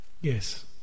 Yes